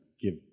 give